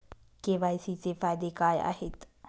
KYC चे फायदे काय आहेत?